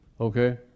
Okay